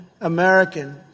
american